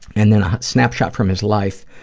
and then, snapshot from his life,